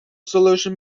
solution